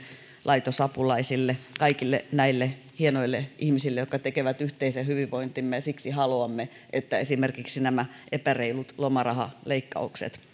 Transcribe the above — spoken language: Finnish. laitosapulaisille kaikille näille hienoille ihmisille jotka tekevät yhteisen hyvinvointimme ja siksi haluamme että esimerkiksi nämä epäreilut lomarahaleikkaukset